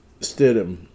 Stidham